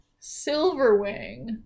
Silverwing